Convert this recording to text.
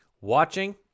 watching